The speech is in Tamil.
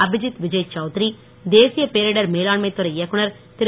அபிஜித் விஜய் சவுத்ரி தேசிய பேரிடர் மேலாண்மை துறை இயக்குநர் திரு